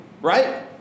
right